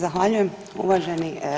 Zahvaljujem uvaženi.